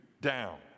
down